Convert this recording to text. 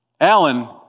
Alan